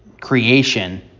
creation